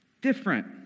different